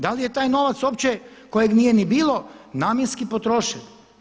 Da li je taj novac uopće kojeg nije ni bilo namjenski potrošen?